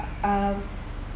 I I